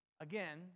Again